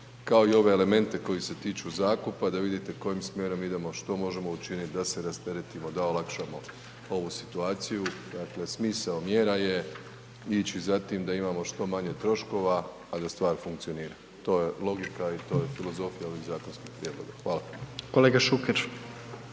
kao i ove elemente koji se tiču zakupa, da vidite kojim smjerom idemo, što možemo učiniti, da se rasteretimo, da olakšamo ovu situaciju. Dakle smisao mjera je ići za tim da imamo što manje troškova, a da stvar funkcionira, to je logika i to je filozofija ovih zakonskih prijedloga. Hvala. **Jandroković,